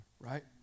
right